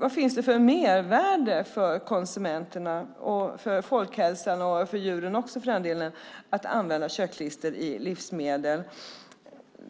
Vad finns det för mervärde för konsumenterna, för folkhälsan och för djuren också för den delen att använda köttklister i livsmedel?